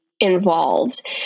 involved